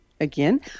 Again